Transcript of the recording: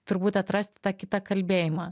turbūt atrasti tą kitą kalbėjimą